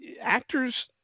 actors